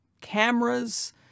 cameras